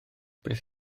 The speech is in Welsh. beth